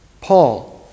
Paul